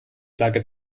flagge